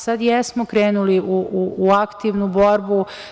Sada jesmo krenuli u aktivnu borbu.